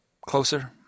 closer